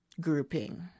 grouping